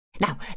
Now